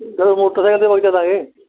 ਚਲੋ ਮੋਟਰਸਾਇਕਲ 'ਤੇ ਹੋਈ ਚੱਲਾਂਗੇ